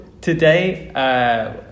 today